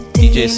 dj